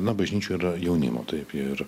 na bažnyčioj yra jaunimo taip ir